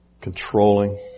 controlling